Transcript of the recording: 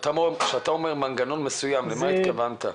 כשאתה אומר "מנגנון מסוים" למה התכוונת?